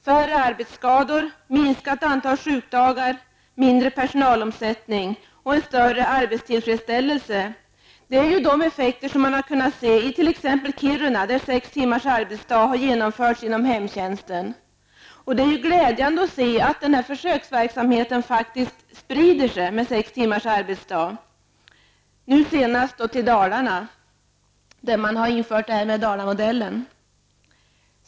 Färre arbetsskador, minskat antal sjukdagar, mindre personalomsättning och en större arbetstillfredsställelse är de effekter som man har kunnat se i t.ex. Kiruna där sextimmars arbetsdag har kunnat genomföras inom hemtjänsten. Det är glädjande att den här försöksverksamheten med sex timmars arbetsdag sprider sig, nu senast till Dalarna där man har infört Dalamodellen.